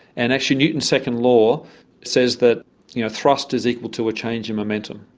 and actually newton's second law says that you know thrust is equal to a change in momentum.